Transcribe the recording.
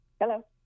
Hello